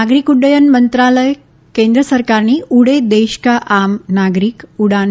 નાગરિક ઉડ્ડયન મંત્રાલયે કે ન્ર સરકારની ઉડે દેશકા આમ નાગરિક ઉડાન